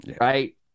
right